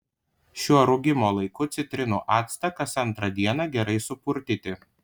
šiuo rūgimo laiku citrinų actą kas antrą dieną gerai supurtyti